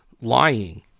lying